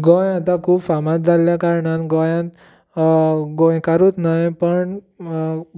गोंय आतां खूब फामाद जाल्ल्या कारणान गोंयान गोंयकारूत न्हय पण